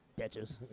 bitches